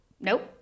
Nope